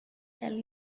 tell